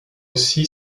aussi